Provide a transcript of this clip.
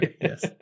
yes